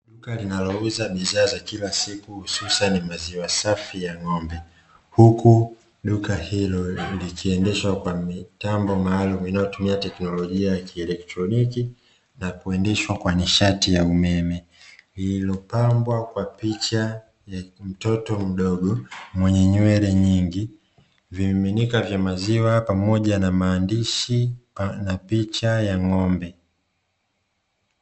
Duka linalouza bidhaa za kila siku, hususani maziwa safi ya ng'ombe. Huku duka hilo likiendeshwa kwa mitambo maalum inayotumia teknolojia ya kielektroniki na kuendeshwa kwa nishati ya umeme. Lililopambwa kwa picha ya mtoto mdogo mwenye nywele nyingi, vimiminika vya maziwa pamoja na maandishi na picha ya ng'ombe.